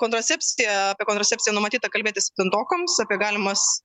kontracepcija apie kontracepciją numatyta kalbėti septintokams apie galimas